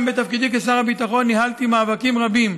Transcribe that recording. גם בתפקידי כסגן שר הביטחון ניהלתי מאבקים רבים